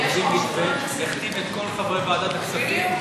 שהביא מתווה והחתים את כל חברי ועדת הכספים.